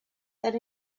that